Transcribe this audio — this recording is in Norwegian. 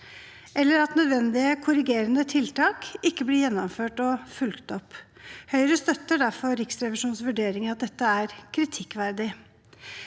eller at nødvendige korrigerende tiltak ikke blir gjennomført og fulgt opp. Høyre støtter derfor Riksrevisjonens vurdering av at dette er kritikkverdig.